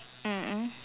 mm mm